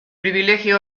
pribilegio